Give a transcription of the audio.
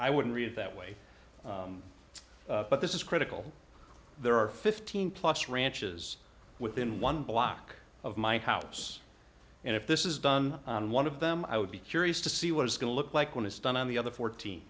i wouldn't read it that way but this is critical there are fifteen plus ranches within one block of my house and if this is done on one of them i would be curious to see what it's going to look like when it's done on the other fourteen